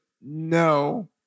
no